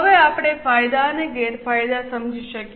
હવે આપણે ફાયદા અને ગેરફાયદા સમજી શકીએ